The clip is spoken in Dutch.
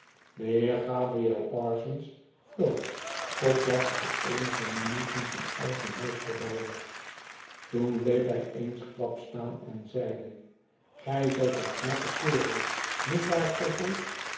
gabriel parsons iloot totdat hij eenige minuten zijn eigen huis voorbij was toen bleef hij eensklaps staan en zeide gij zijt een knappe kerel niet waar tottle